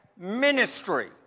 ministry